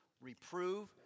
Reprove